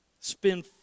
spend